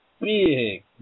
big